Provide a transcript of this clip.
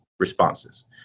responses